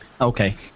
Okay